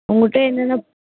உங்கள்கிட்ட என்னன்னப்